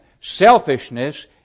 Selfishness